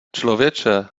člověče